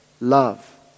love